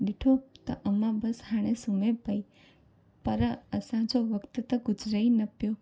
ॾिठो त अमां बस हाणे सुम्हे पई पर असांजो वक़्तु त गुज़िरे ई न पयो